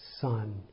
son